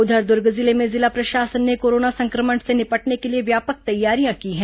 उधर दूर्ग जिले में जिला प्रशासन ने कोरोना संक्रमण से निपटने के लिए व्यापक तैयारियां की हैं